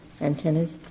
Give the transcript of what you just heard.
antennas